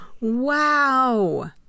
Wow